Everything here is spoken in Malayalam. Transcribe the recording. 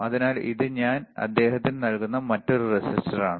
അതിനാൽ ഇത് ഞാൻ അദ്ദേഹത്തിന് നൽകുന്ന മറ്റൊരു റെസിസ്റ്ററാണ്